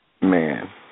Man